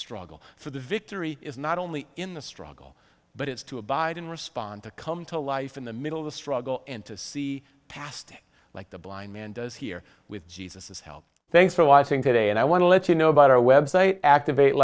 struggle for the victory is not only in the struggle but it's to abide and respond to come to life in the middle of the struggle and to see past like the blind man does here with jesus help thanks for watching today and i want to let you know about our website activate